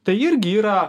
tai irgi yra